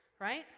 right